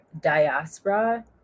diaspora